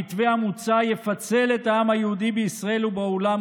זה יהיה בלשון